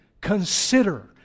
consider